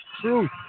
truth